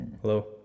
Hello